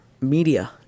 media